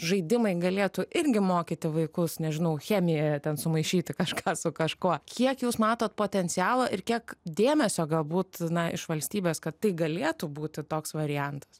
žaidimai galėtų irgi mokyti vaikus nežinau chemiją ten sumaišyti kažką su kažkuo kiek jūs matot potencialo ir kiek dėmesio galbūt na iš valstybės kad tai galėtų būti toks variantas